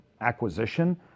acquisition